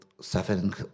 suffering